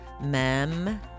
Mem